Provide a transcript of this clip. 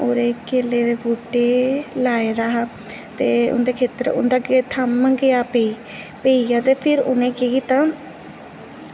ओह्दे केले दे बूह्टे लाए दा हा ते उं'दे खेत्तर उं'दा थम्म गेआ पेई पेइया ते फिर उ'नें केह् कीता